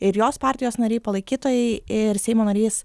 ir jos partijos nariai palaikytojai ir seimo narys